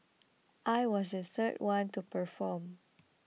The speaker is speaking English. I was the third one to perform